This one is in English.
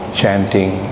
chanting